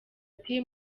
ati